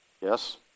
Yes